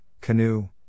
canoe